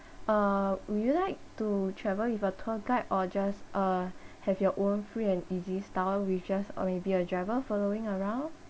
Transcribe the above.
uh would you like to travel with a tour guide or just uh have your own free and easy style with just or maybe a driver following around